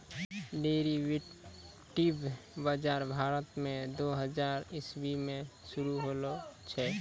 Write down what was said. derivative बजार भारत देश मे दू हजार इसवी मे शुरू होलो छै